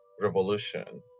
revolution